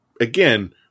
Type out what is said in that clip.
again